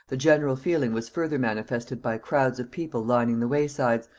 the general feeling was further manifested by crowds of people lining the waysides,